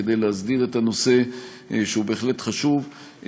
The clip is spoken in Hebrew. כדי להסדיר את הנושא שהוא בהחלט חשוב.